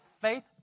faith